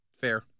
Fair